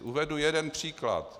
Uvedu jeden příklad.